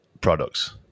products